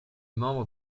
membre